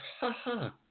Ha-ha